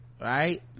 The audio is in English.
right